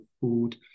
food